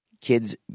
kids